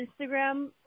Instagram